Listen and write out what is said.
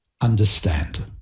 understand